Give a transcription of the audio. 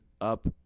up